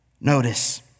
Notice